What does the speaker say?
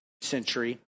century